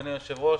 אדוני היושב-ראש,